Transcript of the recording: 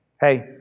Hey